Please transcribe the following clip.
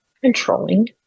controlling